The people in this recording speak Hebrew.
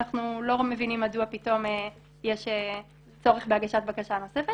אנחנו לא מבינים מדוע פתאום יש צורך בהגשת בקשה נוספת.